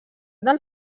del